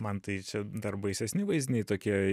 man tai čia dar baisesni vaizdiniai tokie